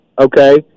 okay